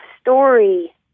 story